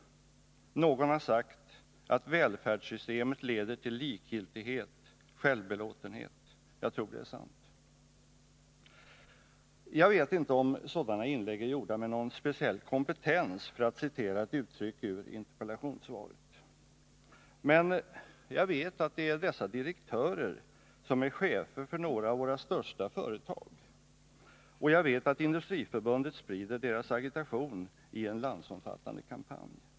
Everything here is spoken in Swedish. Någon har sagt att välfärdssystemet leder till likgiltighet, självbelåtenhet. Jag tror det är sant.” Jag vet inte om sådana inlägg är gjorda med någon speciell kompetens, för att citera ett uttryck i interpellationssvaret. Men jag vet att dessa direktörer är chefer för några av våra största företag, och jag vet att Industriförbundet sprider deras agitation i en landsomfattande kampanj.